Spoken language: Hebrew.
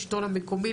לשלטון המקומי,